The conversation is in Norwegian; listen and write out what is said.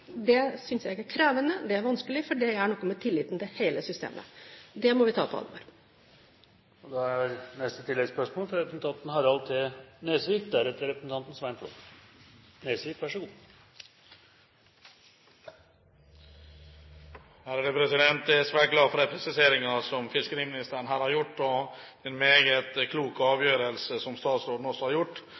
Det synes jeg er krevende, og det er vanskelig, for det gjør noe med tilliten til hele systemet. Det må vi ta på alvor. Harald T. Nesvik – til oppfølgingsspørsmål. Jeg er svært glad for de presiseringene som fiskeriministeren her har gjort. Det er også en meget klok avgjørelse statsråden har